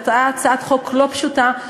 זאת הייתה הצעת חוק לא פשוטה,